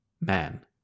man